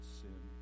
sin